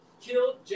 killed